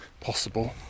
possible